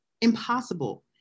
impossible